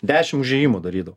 dešim užėjimų darydavau